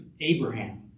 Abraham